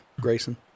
Grayson